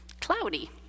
cloudy